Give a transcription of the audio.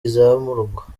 izamurwa